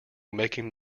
making